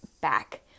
back